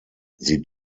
sie